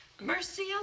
Mercy